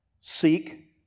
Seek